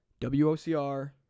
WOCR